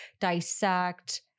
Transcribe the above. dissect